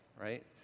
right